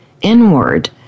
inward